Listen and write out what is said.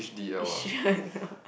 you s~ sure or not